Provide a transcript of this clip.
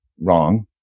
wrong